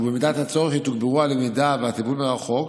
ובמידת הצורך יתוגברו הלמידה והטיפול מרחוק.